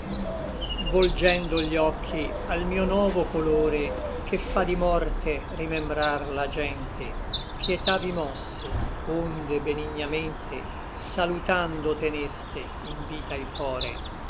volgendo gli occhi al mio novo colore che fa di morte rimembrar la gente pietà vi mosse onde benignamente salutando teneste in vita il core